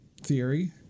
theory